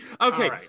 Okay